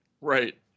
right